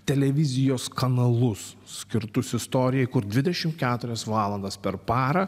televizijos kanalus skirtus istorijai kur dvidešimt keturias valandas per parą